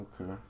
Okay